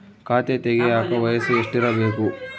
ಖಾತೆ ತೆಗೆಯಕ ವಯಸ್ಸು ಎಷ್ಟಿರಬೇಕು?